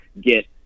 get